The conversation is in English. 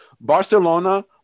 Barcelona